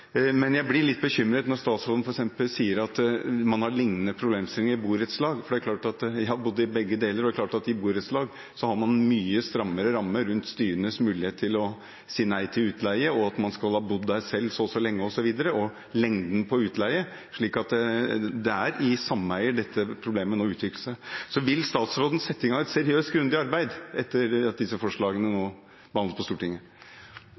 Men jeg blir litt bekymret når statsråden f.eks. sier at man har lignende problemstillinger i borettslag, for det er klart at – og jeg har bodd både i borettslag og i sameie – i borettslag har man mye strammere rammer rundt styrets mulighet til å si nei til utleie – man skal ha bodd der selv så og så lenge, lengden på utleien, osv. Det er i sameier dette problemet nå utvikler seg. Vil statsråden sette i gang et seriøst og grundig arbeid, etter at disse forslagene nå behandles på Stortinget?